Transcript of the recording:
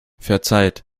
verzeiht